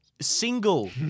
Single